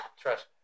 trust